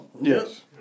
Yes